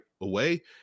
away